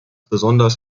besonders